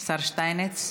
השר שטייניץ,